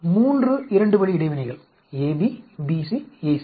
3 இரண்டு வழி இடைவினைகள் AB BC AC